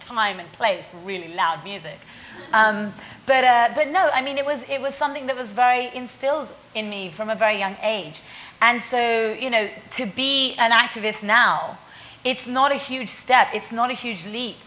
time and place really loud music but i don't know i mean it was it was something that was very instilled in me from a very young age and so you know to be an activist now it's not a huge step it's not a huge leap